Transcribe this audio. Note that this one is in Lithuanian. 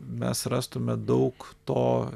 mes rastume daug to